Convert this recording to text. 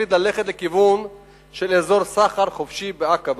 החליט ללכת לכיוון של אזור סחר חופשי בעקבה.